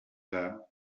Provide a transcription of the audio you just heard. have